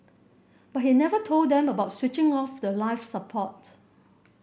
but he never told them about switching off the life support